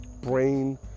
brain